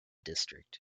district